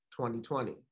2020